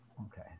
okay